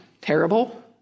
terrible